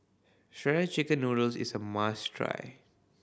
shred chicken noodles is a must try